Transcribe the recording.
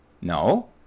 No